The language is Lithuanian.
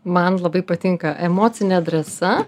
man labai patinka emocinė drąsa